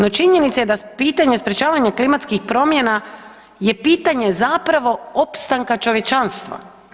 No, činjenica je da pitanje sprječavanja klimatskih promjena je pitanje zapravo opstanka čovječanstva.